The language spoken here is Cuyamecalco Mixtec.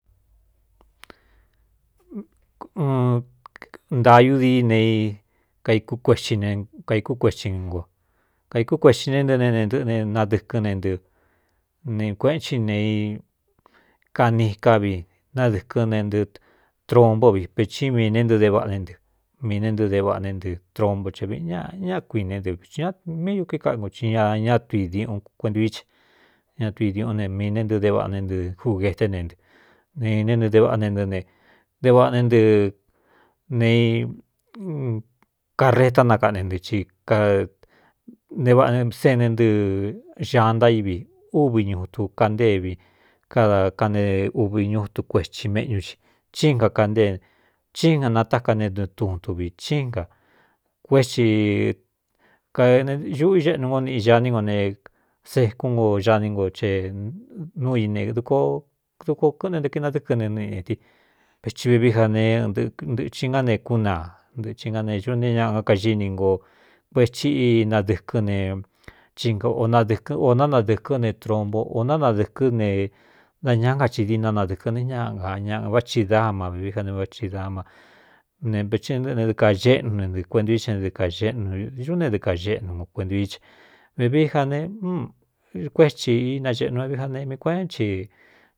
Uunntaú dîí ne kaīk kuei ne kaīkú kueti nko kaīkú kueti ne nɨ nenɨꞌne nadɨkɨn ne nɨ ne kueꞌenci ne kaniká vi nádɨ̄kɨn ne ntɨɨ tronpó vivetí mi ne ntɨ de vaꞌa né ntɨ mii ne ntɨ de vaꞌa né ntɨ tronbo che viꞌi ña ñá kui né nɨ vii ñ míñū kuí kángu i ña ñatui diuꞌun kuentu í che ña tuidiuꞌún ne miī ne ntɨ de vaꞌa ne ntɨ jugeté ne nɨ nenen de vaꞌa ne nɨ ne devaꞌa né nɨ ne i karetá nakaꞌne ntɨ í nte vaꞌasene ntɨ xaan ntaívi úvi ñutu kantévi kada kane uvi ñutu kuethi méꞌñú ci chín kakantéee chíín na natáká ne ɨɨ tuun ituvi cín na kuétikaneuꞌu xéꞌnu ngo niꞌi xa ní ngo ne sekún ngo xaní ngo ce núu ine dkdukoo kɨ́ꞌɨnentknadɨ́kɨn ne niꞌñādi peti vevií ja neɨntɨi ngá ne kúnaa ntɨꞌci ná ne ñuꞌ ne ñagákagíni ngo kuetsi inadɨ̄kɨ́n nechínga dɨɨō nánadɨ̄kɨ́n ne tronbo ō nánadɨ̄kɨ́ ne da ñaá nkaxi dina nadɨ̄kɨn ne ñá nga ñaꞌ váꞌ chi dáma vevi ja ne váꞌcsi dama nevi nꞌɨ ne dɨɨkaxéꞌnu ne nɨ kuentu i en dɨkaeꞌn ñuꞌ ne dɨkaxeꞌnu no kuentū i ce vevií ja nekuétsi inaxeꞌnu vevi ja nemii kuéꞌén chi.